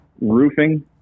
roofing